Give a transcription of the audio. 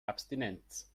abstinenz